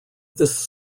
this